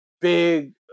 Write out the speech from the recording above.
big